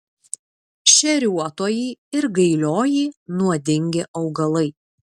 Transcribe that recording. šeriuotoji ir gailioji nuodingi augalai